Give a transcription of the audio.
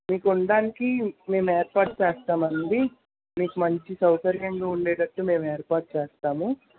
మీకు ఉండటానికి మేము ఏర్పాటు చేస్తాం అండి మీకు మంచి సౌకర్యంగా ఉండేటట్టు మేము ఏర్పాటు చేస్తాము